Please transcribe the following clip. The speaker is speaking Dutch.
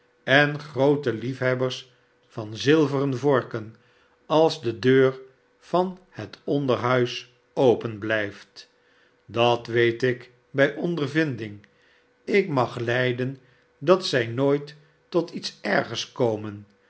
en groote liefhebbers van zilveren vcrken als de deur van het onderhuis openblijft dat weet ik bij ondervinding ik mag lijden dat zij nooit tot iets ergers komen